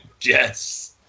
Yes